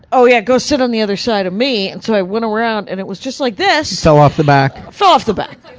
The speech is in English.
oh yeah, go sit on the other side of me. and so i went around and it was just like this. fell so off the back. fell off the back,